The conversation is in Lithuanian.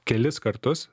kelis kartus